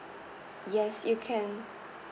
yes you can